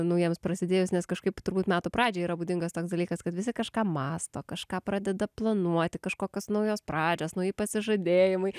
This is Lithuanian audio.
naujiems prasidėjus nes kažkaip turbūt metų pradžiai yra būdingas toks dalykas kad visi kažką mąsto kažką pradeda planuoti kažkokios naujos pradžios nauji pasižadėjimai